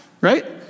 right